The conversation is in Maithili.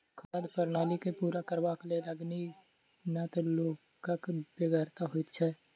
खाद्य प्रणाली के पूरा करबाक लेल अनगिनत लोकक बेगरता होइत छै